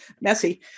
messy